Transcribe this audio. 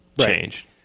changed